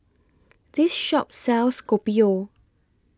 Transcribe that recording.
This Shop sells Kopi O